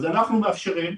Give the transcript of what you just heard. אז אנחנו מאפשרים,